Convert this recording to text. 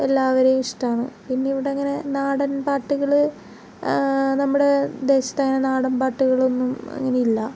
എല്ലാവരെയും ഇഷ്ടമാണ് പിന്നെ ഇവിടെ ഇങ്ങനെ നാടൻ പാട്ടുകൾ നമ്മുടെ ദേശത്തങ്ങനെ നാടൻ പാട്ടുകളൊന്നും ഇങ്ങനെ ഇല്ല